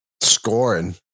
scoring